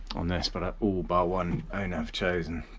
on this, but all bar one owner have chosen,